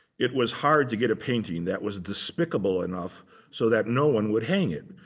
it was hard to get a painting that was despicable enough so that no one would hang it.